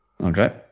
okay